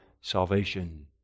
salvation